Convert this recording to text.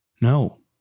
No